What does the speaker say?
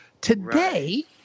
Today